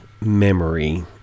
memory